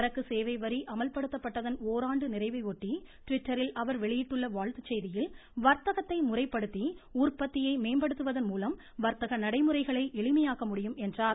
சரக்கு சேவைவரி அமல்படுத்தப்பட்டதன் ஓராண்டு நிறைவையொட்டி ட்விட்டரில் அவர் வெளியிட்டுள்ள வாழ்த்துச்செய்தியில் வர்த்தகத்தை முறைப்படுத்தி உற்பத்தியை மேம்படுத்துவதன்மூலம் வர்த்தக நடைமுறைகளை எளிமையாக்க ழடியும் என்றார்